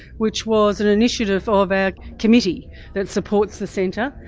which was an initiative of our committee that supports the centre,